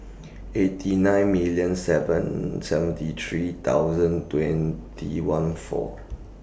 eighty nine million seven seventy three thousand twenty one four